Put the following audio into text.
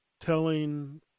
telling